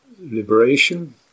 liberation